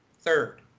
third